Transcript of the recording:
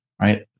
right